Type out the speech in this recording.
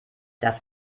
das